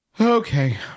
Okay